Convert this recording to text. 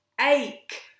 ache